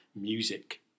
music